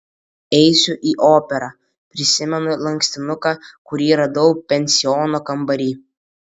eisiu į operą prisimenu lankstinuką kurį radau pensiono kambary